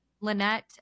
Lynette